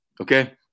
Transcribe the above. Okay